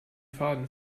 faden